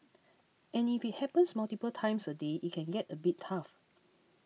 and if it happens multiple times a day it can get a bit tough